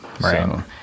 Right